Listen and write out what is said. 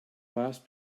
last